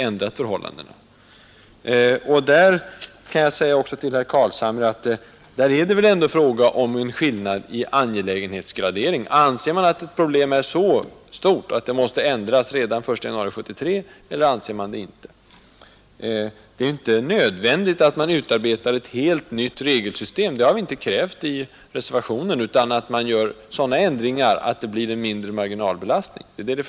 Jag vill också säga till herr Carlshamre att det här är fråga om en skillnad i angelägenhetsgradering: Anser man att problemet är så stort att reglerna måste ändras redan den 1 januari 1973? Eller anser man det inte? Det är inte nödvändigt att utarbeta ett helt nytt regelsystem — det har vi inte krävt i reservationen — men det behövs sådana ändringar att marginalbelastningen blir mindre.